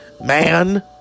man